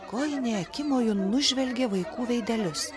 kojinė akimoju nužvelgė vaikų veidelius